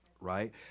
right